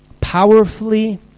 powerfully